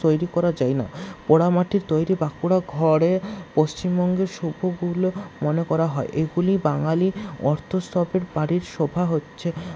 তৈরি করা যায়না পোড়ামাটির তৈরি বা কোনো ঘরে পশ্চিমবঙ্গের সৌকগুলো মনে করা হয় এইগুলি বাঙালির অর্থস্তভের বাড়ির শোভা হচ্ছে